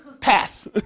Pass